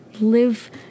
live